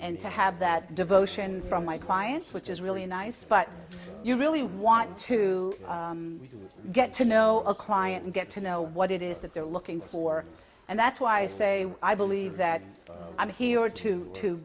and to have that devotion from my clients which is really nice but you really want to get to know a client and get to know what it is that they're looking for and that's why i say i believe that i'm here to to